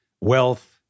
wealth